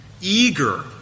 eager